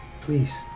Please